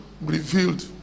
revealed